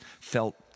felt